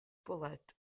bwled